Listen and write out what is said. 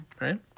right